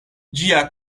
ĝia